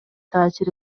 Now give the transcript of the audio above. таасир